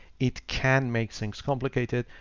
it can make things complicated,